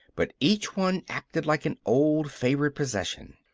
but each one acted like an old, favorite possession.